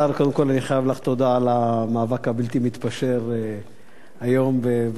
קודם כול אני חייב לך תודה על המאבק הבלתי-מתפשר היום בנשיאות.